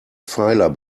pfeiler